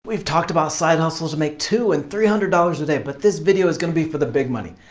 we've talked about side hustles to make two and three hundred dollars a day but this video is going to be for the big money.